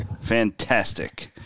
fantastic